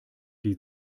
die